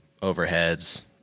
overheads